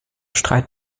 streit